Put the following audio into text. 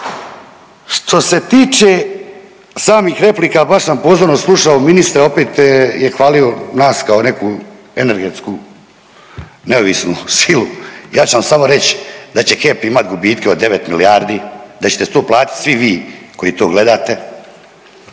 Što se tiče samih replika baš sam pozorno slušao ministra opet je hvalio nas kao neku energetsku neovisnu silu. Ja ću vam samo reći da će HEP imati gubitke od 9 milijardi, da ćete to platiti svi vi koji to gledate,